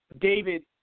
David